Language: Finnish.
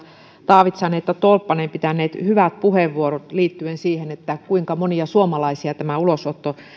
taavitsainen että tolppanen pitäneet hyvät puheenvuorot liittyen siihen kuinka monia suomalaisia ulosotto